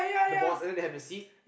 the bollards and they have the seat